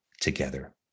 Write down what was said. together